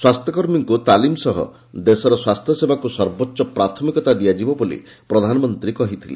ସ୍ୱାସ୍ଥ୍ୟକର୍ମୀଙ୍କୁ ତାଲିମ ସହ ଦେଶର ସ୍ୱାସ୍ଥ୍ୟସେବାକୁ ସର୍ବୋଚ୍ଚ ପ୍ରାଥମିକତା ଦିଆଯିବ ବୋଲି ପ୍ରଧାନମନ୍ତ୍ରୀ କହିଥିଲେ